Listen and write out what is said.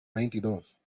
veintidós